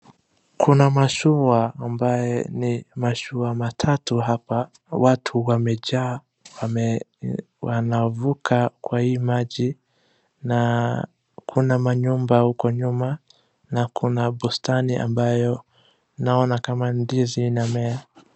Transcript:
Kuna mashua ambaye ni mashua matatu hapa. Watu wamejaa, wame wanavuka kwa hii maji na kuna manyumba huko nyuma na kuna bustani ambayo naona kama ndizi inamea.